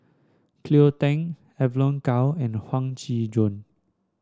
Cleo Thang Evon Kow and Huang Shiqi Joan